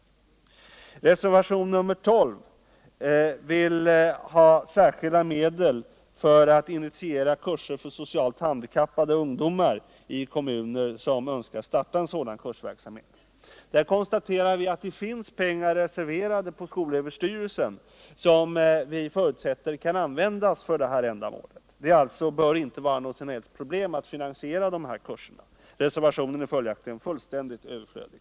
I reservationen 12 yrkar socialdemokraterna på särskilda medel till skolöverstyrelsen för att initiera kurser för socialt handikappade ungdomar i kommuner som önskar starta sådan kursverksamhet. På den punkten konstaterar vi, att det på skolöverstyrelsen finns pengar reserverade, som vi förutsätter kan användas för detta ändamål. Det bör alltså inte vara något som helst problem att finansiera dessa kurser. Reservationen är således fullständigt överflödig.